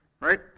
right